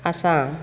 Assam